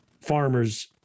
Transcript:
farmers